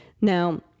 Now